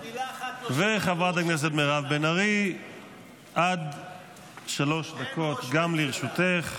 ומילה אחת לא שמענו, אין ראש ממשלה.